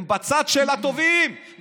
הם בצד של הטובים,